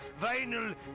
vinyl